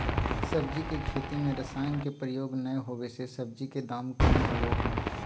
सब्जी के खेती में रसायन के प्रयोग नै होबै से सब्जी के दाम कम होबो हइ